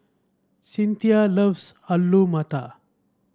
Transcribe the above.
Cinthia loves Alu Matar